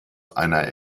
einer